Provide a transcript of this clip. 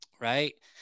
Right